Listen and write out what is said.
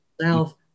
south